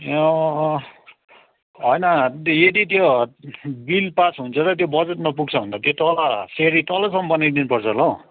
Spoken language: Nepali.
होइन त्यो यदि त्यो बिल पास हुन्छ र त्यो बजेटमा पुग्छ भने त त्यो तल सिँढी तलसम्म बनाइदिनुपर्छ होला हो